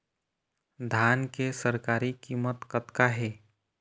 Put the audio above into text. धान के सरकारी कीमत कतका हे?